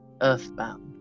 earthbound